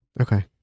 Okay